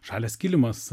žalias kilimas